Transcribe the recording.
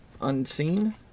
unseen